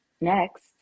Next